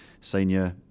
senior